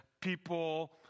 people